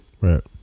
Right